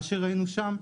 מה שראינו שם,